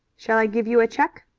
shall i give you a check?